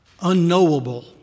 unknowable